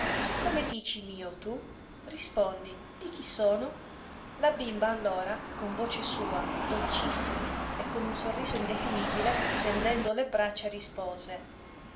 come dici mio tu rispondi di chi sono la bimba allora con voce sua dolcissima e con un sorriso indefinibile tendendo le braccia rispose